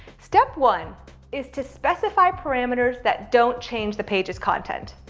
step one is to specify parameters that don't change the page's content.